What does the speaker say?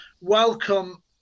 welcome